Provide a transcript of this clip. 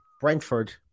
Brentford